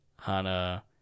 hana